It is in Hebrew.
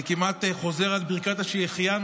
אני כמעט חוזר על ברכת שהחיינו,